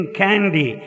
candy